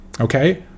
okay